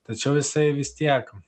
tačiau jisai vis tiek